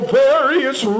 various